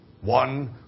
one